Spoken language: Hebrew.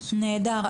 נהדר.